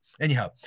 Anyhow